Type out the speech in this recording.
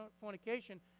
fornication